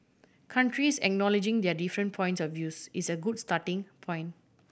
countries acknowledging their different points of views is a good starting point